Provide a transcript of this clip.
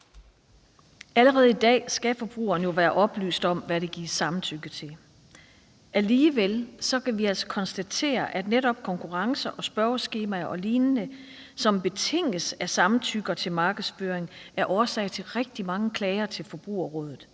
Allerede i dag skal forbrugeren jo være oplyst om, hvad der gives samtykke til. Alligevel kan vi konstatere, at netop konkurrencer og spørgeskemaer og lignende, som betinges af samtykker til markedsføring, er årsag til rigtig mange klager til Forbrugerrådet,